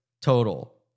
total